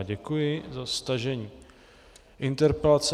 Děkuji za stažení interpelace.